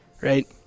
right